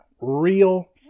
real